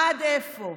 עד איפה?